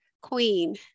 queen